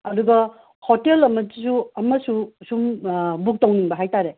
ꯑꯗꯨꯒ ꯍꯣꯇꯦꯜ ꯑꯃꯗꯨꯁꯨ ꯑꯃꯁꯨ ꯁꯨꯝ ꯕꯨꯛ ꯇꯧꯅꯤꯡꯕ ꯍꯥꯏꯇꯥꯔꯦ